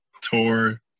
tour